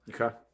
Okay